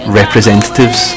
representatives